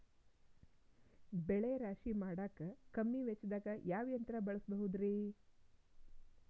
ಬೆಳೆ ರಾಶಿ ಮಾಡಾಕ ಕಮ್ಮಿ ವೆಚ್ಚದಾಗ ಯಾವ ಯಂತ್ರ ಬಳಸಬಹುದುರೇ?